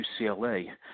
UCLA